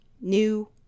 new